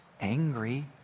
angry